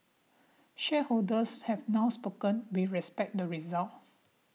shareholders have now spoken we respect the result